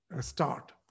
start